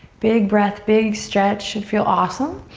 big breath, big stretch. should feel awesome.